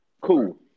Cool